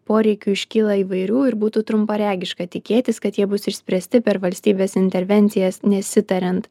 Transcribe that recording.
poreikių iškyla įvairių ir būtų trumparegiška tikėtis kad jie bus išspręsti per valstybės intervencijas nesitariant